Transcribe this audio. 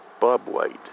bobwhite